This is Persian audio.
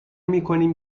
میکنیم